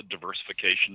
Diversification